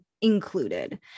included